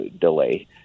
delay